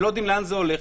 שלא יודעים לאן זה הולך,